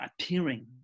appearing